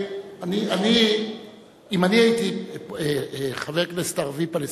אם אני הייתי חבר כנסת ערבי פלסטיני,